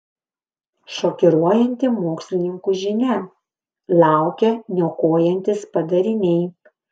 šokiruojanti mokslininkų žinia laukia niokojantys padariniai